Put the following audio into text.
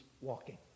walking